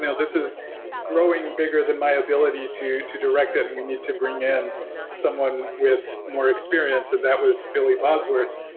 you know this is growing bigger than my ability to to direct it and we need to bring in someone with more experience, and that was billy bosworth,